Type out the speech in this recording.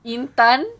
Intan